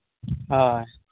ᱦᱳᱭ